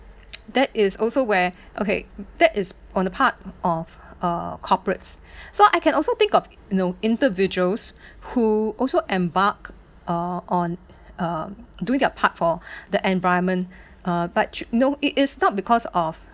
that is also where okay that is on the part of uh corporates so I can also think of you know individuals who also embark uh on uh do their part for the environment uh but no it is not because of